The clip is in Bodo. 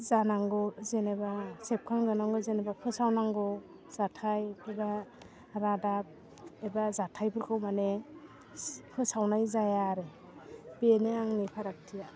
जानांगौ जेनोबा सेबखांजानांगौ जेनोबा फोसावनांगौ जाथाइ बा रादाब एबा जाथाइफोरखौ मानि फोसावनाय जाया आरो बेनो आंनि फारागथिया